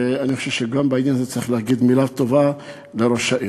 ואני חושב שגם בעניין הזה צריך להגיד מילה טובה לראש העיר.